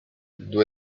due